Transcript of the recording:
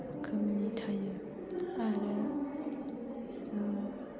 रोखोमनि थायो आरो जों